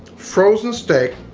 frozen steak,